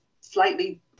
slightly